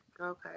Okay